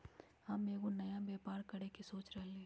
हम एगो नया व्यापर करके सोच रहलि ह